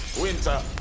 Winter